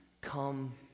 Come